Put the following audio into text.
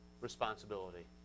responsibility